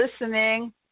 listening